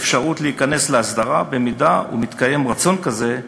אפשרות להיכנס להסדרה, ובמידה שמתקיים רצון כזה,